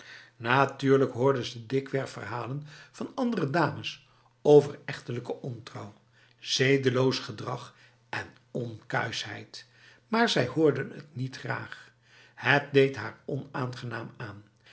natuurlijk hoorde zij dikwerf verhalen van andere dames over echtelijke ontrouw zedeloos gedrag en onkuisheid maarzij hoorde het niet graag het deed haar onaangenaam aan